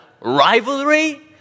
rivalry